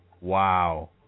Wow